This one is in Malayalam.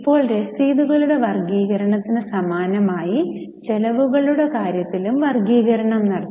ഇപ്പോൾ രസീതുകളുടെ വർഗ്ഗീകരണത്തിന് സമാനമായി ചെലവുകളുടെ കാര്യത്തിലും വർഗ്ഗീകരണo നടത്തി